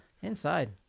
Inside